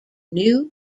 new